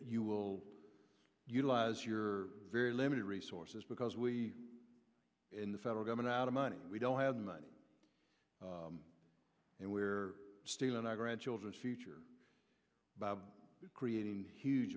you will utilize your very limited resources because we in the federal government out of money we don't have money and we're still in our grandchildren's future by creating huge